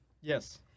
Yes